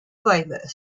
playlist